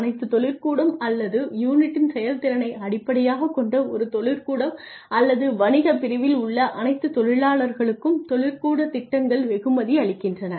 அனைத்து தொழிற்கூடம் அல்லது யூனிட்டின் செயல்திறனை அடிப்படையாகக் கொண்ட ஒரு தொழிற்கூடம் அல்லது வணிகப் பிரிவில் உள்ள அனைத்து தொழிலாளர்களுக்கும் தொழிற்கூடத் திட்டங்கள் வெகுமதி அளிக்கின்றன